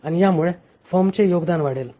आणि यामुळे फर्मचे योगदान वाढेल